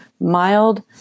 mild